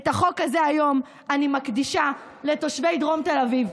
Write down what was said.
את החוק הזה היום אני מקדישה לתושבי דרום תל אביב,